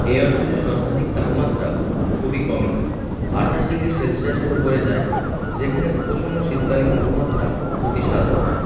এই অঞ্চলে সর্বাধিক তাপমাত্রা খুবই কমই আঠাশ ডিগ্রি সেলসিয়াসের উপরে যায় যেখানে উপশূন্য শীতকালীন তাপমাত্রা অতিসাধারণ